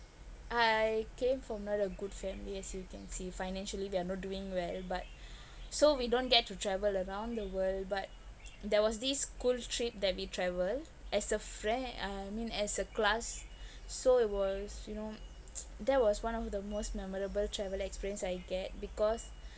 I came from not a good family as you can see financially they are not doing well but so we don't get to travel around the world but there was this school trip that we travel as a frie~ I mean as a class so it was you know that was one of the most memorable travel experience I get because